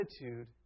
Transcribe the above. attitude